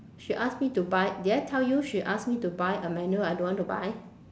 she asked me to buy did I tell you she asked me to buy a manual I don't want to buy